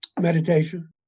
Meditation